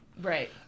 Right